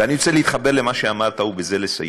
אני רוצה להתחבר למה שאמרת, ובזה לסיים.